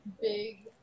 Big